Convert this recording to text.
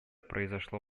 произошло